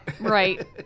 right